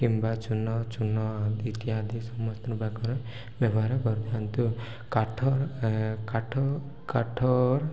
କିମ୍ବା ଚୁନ ଚୁନ ଇତ୍ୟାଦି ସମସ୍ତଙ୍କ ପାଖରେ ବ୍ୟବହାର କରିଥାନ୍ତୁ କାଠର କାଠର